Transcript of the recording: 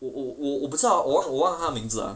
我我我不知道我忘了他的名字 lah